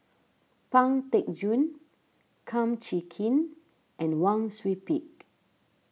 Pang Teck Joon Kum Chee Kin and Wang Sui Pick